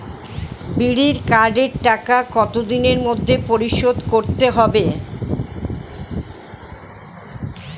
বিড়ির কার্ডের টাকা কত দিনের মধ্যে পরিশোধ করতে হবে?